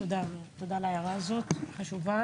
תודה על ההערה החשובה.